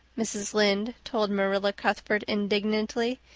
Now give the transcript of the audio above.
mrs. lynde told marilla cuthbert indignantly,